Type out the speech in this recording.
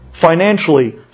financially